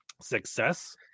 success